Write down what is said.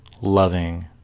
loving